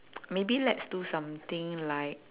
maybe let's do something like